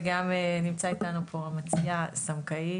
נמצא איתנו גם ד"ר אמציה סמקאי.